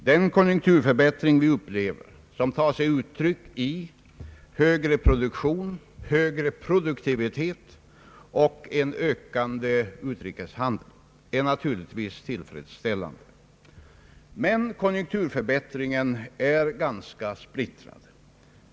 Den konjunkturförbättring vi upplever, som tar sig uttryck i högre produktion, högre produktivitet och en ökande utrikeshandel, är naturligtvis tillfredsställande. Men konjunkturförbättringen är ganska splittrad.